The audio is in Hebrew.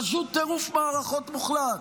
פשוט טירוף מערכות מוחלט.